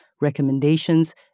recommendations